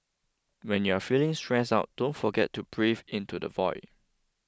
when you are feeling stressed out don't forget to breathe into the void